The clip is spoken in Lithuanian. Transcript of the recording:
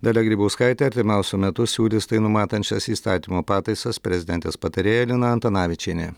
dalia grybauskaitė artimiausiu metu siūlys tai numatančias įstatymo pataisas prezidentės patarėja lina antanavičienė